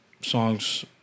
songs